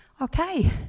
Okay